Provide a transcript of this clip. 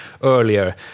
Earlier